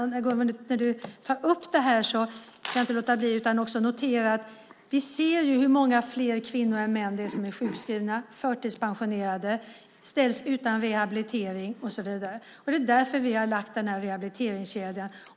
När hon tar upp det kan jag inte låta bli att notera att vi ser att många fler kvinnor än män är sjukskrivna, är förtidspensionerade, ställs utan rehabilitering och så vidare. Det är därför vi har infört rehabiliteringskedjan.